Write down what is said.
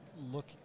look